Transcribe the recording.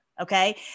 Okay